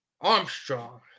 Armstrong